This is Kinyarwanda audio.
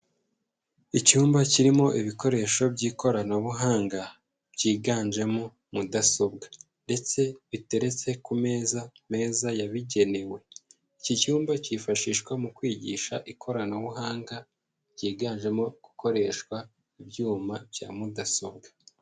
Icyumba kirimo ibikoresho by'ikoranabuhanga byiganjemo mudasobwa ndetse biteretse ku meza meza yabigenewe, iki cyumba cyifashishwa mu kwigisha ikoranabuhanga ryiganjemo gukoresha ibyuma bya mudasobwa.